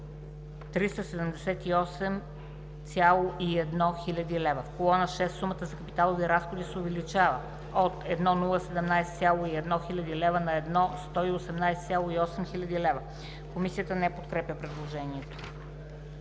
Комисията не подкрепя предложението.